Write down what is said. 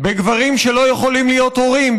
בגברים שלא יכולים להיות הורים,